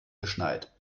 geschneit